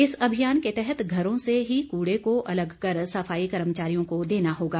इस अभियान के तहत घरों से ही कूड़े को अलग कर सफाई कर्मचारियों को देना होगा